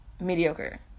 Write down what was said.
mediocre